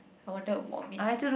I wanted vomit